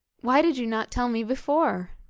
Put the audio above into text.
why did you not tell me before